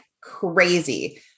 crazy